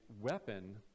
weapon